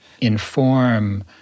inform